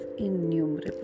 Innumerable